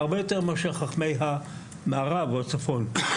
הרבה יותר מאשר חכמי המערב או הצפון.